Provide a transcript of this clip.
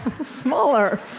smaller